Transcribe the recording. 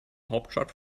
hauptstadt